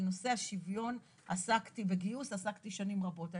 על נושא השוויון עסקתי בגיוס, עסקתי שנים רבות.